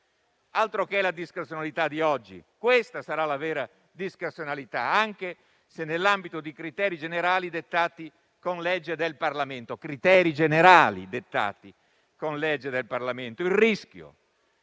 con la discrezionalità di oggi! Questa sarà la vera discrezionalità, anche se nell'ambito di criteri generali dettati con legge del Parlamento. Spero